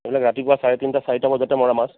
এইবিলাক ৰাতিপুৱা চাৰে তিনটা চাৰিটা বজাতে মৰা মাছ